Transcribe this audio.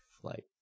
flight